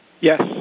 Yes